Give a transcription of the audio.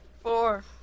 four